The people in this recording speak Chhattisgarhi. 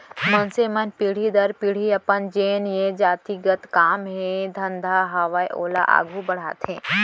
मनसे मन पीढ़ी दर पीढ़ी अपन जेन ये जाति गत काम हे धंधा हावय ओला आघू बड़हाथे